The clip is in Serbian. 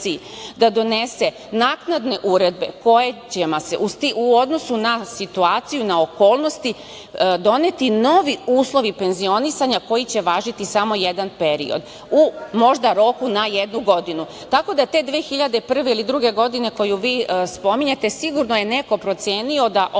da donese nakndane uredbe kojima će se u odnosu na situaciju, na okolnosti doneti novi uslovi penzionisanja koji će važiti samo jedan period, možda u roku od jedne godine. Tako da te 2001. godine ili 2002. godine koju vi spominjete sigurno je neko procenio da određena